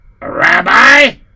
Rabbi